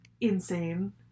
insane